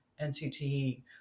NCTE